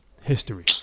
history